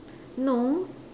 no